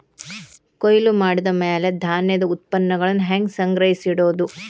ಕೊಯ್ಲು ಮಾಡಿದ ಮ್ಯಾಲೆ ಧಾನ್ಯದ ಉತ್ಪನ್ನಗಳನ್ನ ಹ್ಯಾಂಗ್ ಸಂಗ್ರಹಿಸಿಡೋದು?